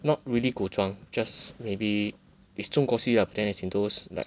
not really 古装 just maybe it's 中国戏 and then as in those like